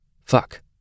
Fuck